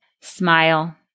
Smile